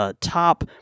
top